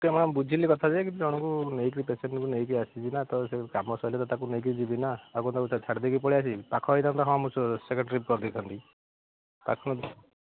ଟିକେ ହଁ ବୁଝିଲି କଥାଯେ କିନ୍ତୁ ଜଣକୁ ପେସେଣ୍ଟକୁ ନେଇକି ଆସିଛିନା ତ ସେଇ କାମ ସରିଲେତ ତାକୁ ନେଇକି ଯିବିନା ଆଉ କ'ଣ ତାକୁ ଛାଡ଼ି ଦେଇକି ପଳାଈ ଆସିବି ପାଖ ହୋଇଥାନ୍ତା ହଁ ମୁଁ ସେକେଣ୍ଡ ଟ୍ରିପ୍ କରି ଦେଇଥାନ୍ତି ପାଖ